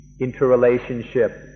interrelationship